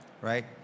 right